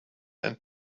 and